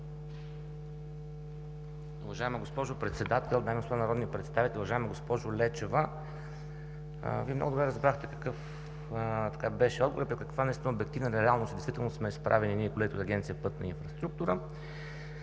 Уважаема госпожо Председател, дами и господа народни представители! Уважаема госпожо Лечева, Вие много добре разбрахте какъв беше отговорът и при каква наистина обективна реалност и действителност сме изправени ние и колегите от Агенция „Пътна инфраструктура“.